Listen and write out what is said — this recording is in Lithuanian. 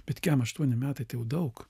bet kemaštuoni metais jau daug